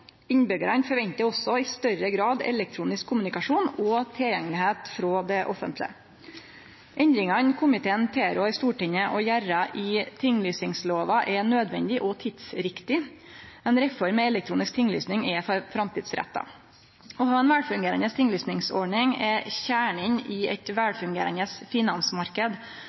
forventar òg i større grad elektronisk kommunikasjon og tilgjengelegheit frå det offentlege. Endringane komiteen tilrår Stortinget å gjere i tinglysingslova, er nødvendige og tidsriktige. Ei reform med elektronisk tinglysing er framtidsretta. Å ha ei velfungerande tinglysingsordning er kjernen i ein velfungerande